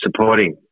supporting